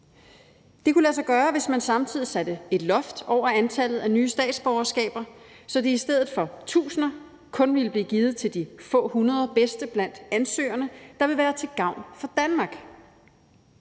Det kunne lade sig gøre, hvis man samtidig satte et loft over antallet af nye statsborgerskaber, så de i stedet for tusinder kun ville blive givet til de få hundrede bedste blandt ansøgerne, der vil være til gavn for Danmark.